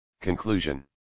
Conclusion